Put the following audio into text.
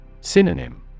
Synonym